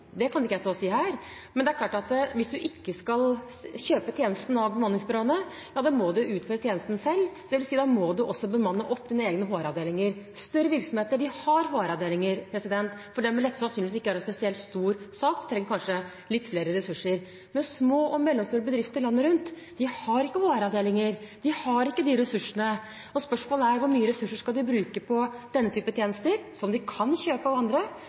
pooler, kan ikke jeg stå og si her. Men hvis man ikke skal kjøpe tjenesten av bemanningsbyråene, må man utføre tjenesten selv, dvs. da må man også bemanne opp sine egne HR-avdelinger. Større virksomheter har HR-avdelinger. For dem vil dette sannsynligvis ikke være en spesielt stor sak – de trenger kanskje litt flere ressurser – men små og mellomstore bedrifter landet rundt har ikke HR-avdelinger, de har ikke de ressursene. Spørsmålet er: Hvor mange ressurser skal de bruke på denne type tjenester, som de kan kjøpe av andre?